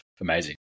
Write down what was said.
Amazing